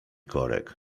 korek